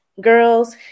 girls